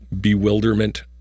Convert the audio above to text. bewilderment